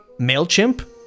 MailChimp